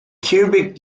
cubic